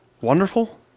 wonderful